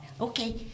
Okay